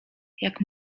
jak